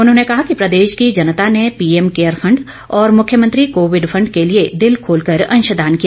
उन्होंने कहा कि प्रदेश की जनता ने पीएम केयर फंड और मुख्यमंत्री कोविड फंड के लिए दिल खोलकर अंशदान किया